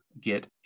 get